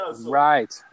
right